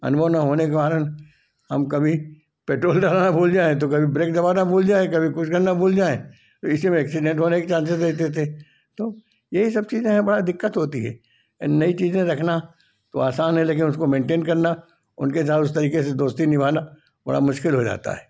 अनुभव न होने के कारण हम कभी पेट्रोल डलाना भूल जाएँ तो कभी ब्रेक दबाना भूल जाएँ तो कभी कुछ करना भूल जाएँ इसी में एक्सीडेंट होने कि चांसेज़ रहते थे तो यही सब चीजें हैं बड़ा दिक्कत होती है नई चीजें रखना तो आसान है लेकिन उसको मेन्टेन करना उनके साथ उस तरीके से दोस्ती निभाना बड़ा मुश्किल हो जाता है